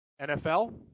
NFL